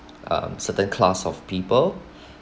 um certain class of people